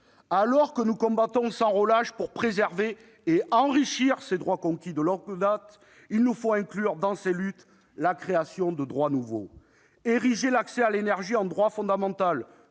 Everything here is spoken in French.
Alors que nous combattons sans relâche pour préserver et enrichir ces droits conquis de longue date, il nous faut inclure dans ces luttes la création de droits nouveaux. Ériger l'accès à l'énergie en droit fondamental,